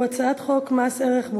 ההצעה התקבלה,